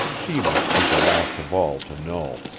she must be the last of all to know.